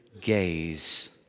gaze